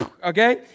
Okay